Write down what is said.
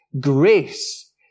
grace